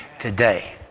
today